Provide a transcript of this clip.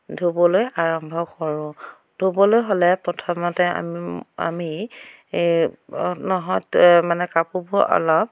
ধুবলৈ আৰম্ভ কৰোঁ ধুবলৈ হ'লে প্ৰথমতে আমি এই নহয় তে মানে কাপোৰবোৰ অলপ